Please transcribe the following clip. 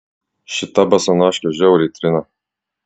šita basanoškė žiauriai trina